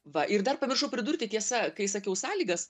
va ir dar pamiršau pridurti tiesa kai sakiau sąlygas